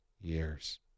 years